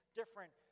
different